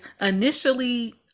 initially